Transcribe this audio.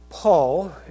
Paul